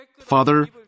Father